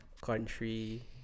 country